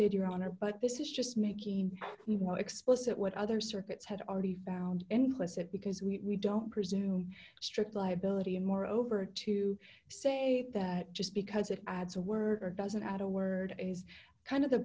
did your honor but this is just making explicit what other circuits had already found implicit because we don't presume strict liability and more over to say that just because it adds a word or doesn't add a word is kind of the